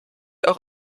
auch